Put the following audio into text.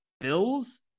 Bills